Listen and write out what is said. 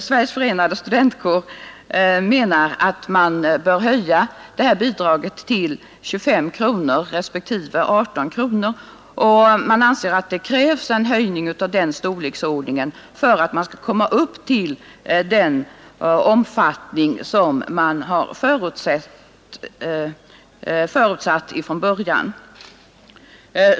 Sveriges Förenade studentkårer menar att man bör höja det här bidraget till 25 respektive 18 kronor, och man anser att det krävs en höjning av den storleksordningen för att man skall kunna komma upp till den omfattning som man har förutsatt från början.